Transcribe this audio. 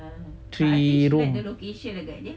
three room